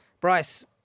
Bryce